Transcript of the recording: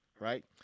Right